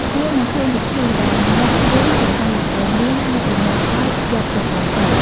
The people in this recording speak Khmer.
ភ្ញៀវនឹងឃើញវិធីដែលអ្នកភូមិចិញ្ចឹមដង្កូវនាង ហើយប្រមូលផលយកសរសៃសូត្រ។